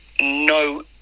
no